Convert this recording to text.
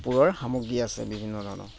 কাপোৰৰ সামগ্ৰী আছে বিভিন্ন ধৰণৰ